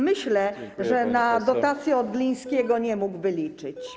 Myślę, że na dotację od Glińskiego nie mógłby liczyć.